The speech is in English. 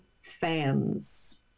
fans